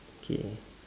K